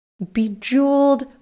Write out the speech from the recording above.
bejeweled